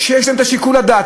יש לה שיקול הדעת.